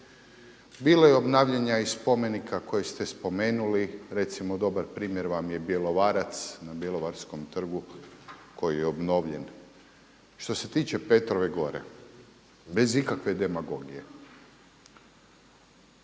Bilo je obnavljanja i spomenika koje ste spomenuli. Recimo dobar primjer vam je Bjelovarac na Bjelovarskom trgu koji je obnovljen. Što se tiče Petrove gore bez ikakve demagogije